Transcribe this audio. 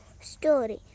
story